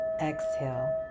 exhale